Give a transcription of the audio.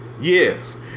Yes